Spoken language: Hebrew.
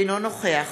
אינו נוכח